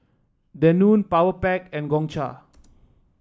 Danone Powerpac and Gongcha